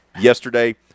Yesterday